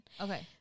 Okay